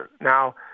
Now